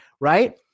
right